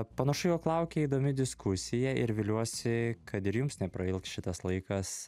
panašu jog laukia įdomi diskusija ir viliuosi kad ir jums neprailgs šitas laikas